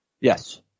Yes